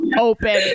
open